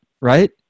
right